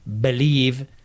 believe